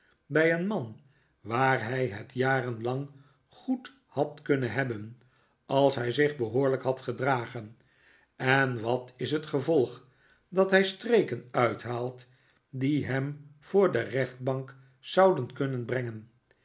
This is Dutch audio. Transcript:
bij een man waar hij het jarenlang goed had kunnen hebben als hij zich behoorlijk had gedragen en wat is het gevolg dat hij streken uithaalt die hem voor de rechtbank zouden kunnen brengen